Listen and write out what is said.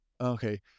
okay